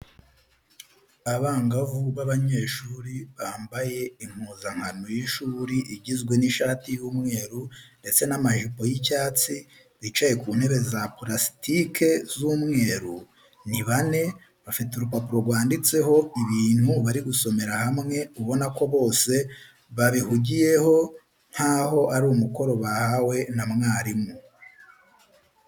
Abangavu b'abanyeshuri bambaye impuzankano y'ishuri igizwe n'ishati y'umweru ndetse n'amajipo y'icyatsi bicaye ku ntebe za purasitike z'umweru, ni bane, bafite urupapuro rwanditseho ibintu bari gusomera hamwe ubona ko bose babihugiyeho nk'aho ari umukoro bahawe na mwarimu.